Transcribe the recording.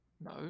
No